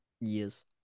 Yes